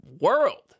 world